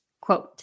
Quote